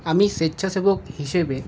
আমি স্বেচ্ছাসেবক হিসেবে